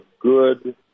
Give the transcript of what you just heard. good